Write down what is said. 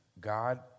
God